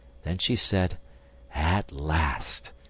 then she said at last!